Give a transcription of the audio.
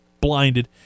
blinded